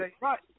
right